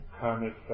karmic